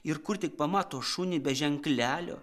ir kur tik pamato šunį be ženklelio